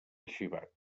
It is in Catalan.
arxivat